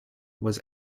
was